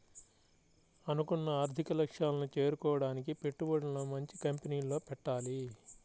అనుకున్న ఆర్థిక లక్ష్యాలను చేరుకోడానికి పెట్టుబడులను మంచి కంపెనీల్లో పెట్టాలి